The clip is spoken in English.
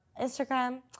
Instagram